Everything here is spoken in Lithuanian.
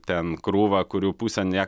ten krūvą kurių pusė nie